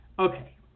Okay